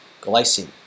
glycine